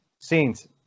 Scenes